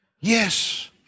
Yes